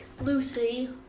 Lucy